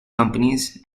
companies